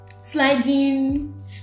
sliding